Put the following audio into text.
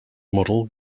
model